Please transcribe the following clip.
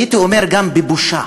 הייתי אומר גם בבושה,